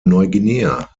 neuguinea